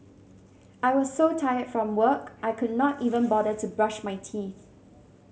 I was so tired from work I could not even bother to brush my teeth